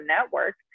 network